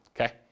Okay